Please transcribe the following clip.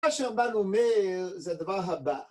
מה שהרמב"ן אומר זה הדבר הבא